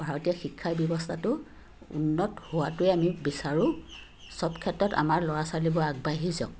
ভাৰতীয় শিক্ষা ব্যৱস্থাটো উন্নত হোৱাটোৱে আমি বিচাৰোঁ চব ক্ষেত্ৰত আমাৰ ল'ৰা ছোৱালীবোৰ আগবাঢ়ি যাওক